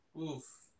Oof